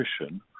nutrition